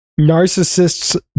narcissist's